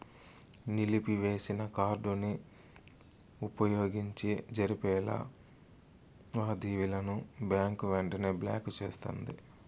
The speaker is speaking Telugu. నిలిపివేసిన కార్డుని వుపయోగించి జరిపే లావాదేవీలని బ్యాంకు వెంటనే బ్లాకు చేస్తుంది